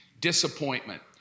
Disappointment